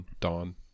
Dawn